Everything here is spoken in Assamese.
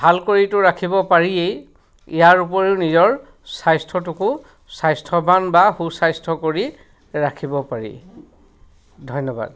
ভাল কৰিটো ৰাখিব পাৰিয়েই ইয়াৰ উপৰিও নিজৰ স্বাস্থ্যটোকো স্বাস্থ্যৱান বা সুস্বাস্থ্য কৰি ৰাখিব পাৰি ধন্যবাদ